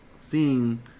seeing